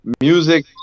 music